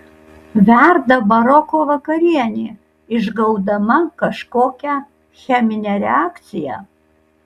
verda baroko vakarienė išgaudama kažkokią cheminę reakciją